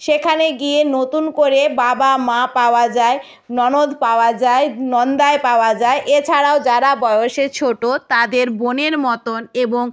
সেখানে গিয়ে নতুন করে বাবা মা পাওয়া যায় ননদ পাওয়া যায় নন্দাই পাওয়া যায় এছাড়াও যারা বয়সে ছোটো তাদের বোনের মতন এবং